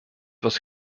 was